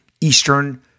Eastern